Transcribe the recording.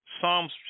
Psalms